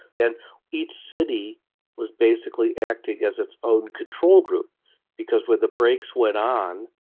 and each city was basically acting as its own control group because when the brakes went on,